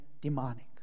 demonic